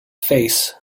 face